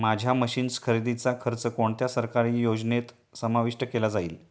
माझ्या मशीन्स खरेदीचा खर्च कोणत्या सरकारी योजनेत समाविष्ट केला जाईल?